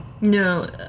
No